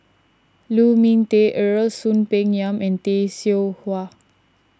Lu Ming Teh Earl Soon Peng Yam and Tay Seow Huah